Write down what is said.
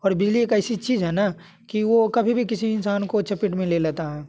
और बिजली एक ऐसी चीज है ना कि वो कभी भी किसी इंसान को चपेट में ले लेता है